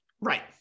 Right